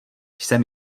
jsem